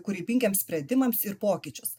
kūrybingiem sprendimams ir pokyčius